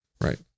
right